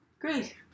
Great